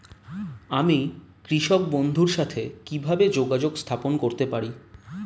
আমি কৃষক বন্ধুর সাথে কিভাবে যোগাযোগ স্থাপন করতে পারি?